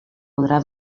podrà